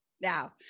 Now